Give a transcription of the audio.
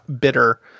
bitter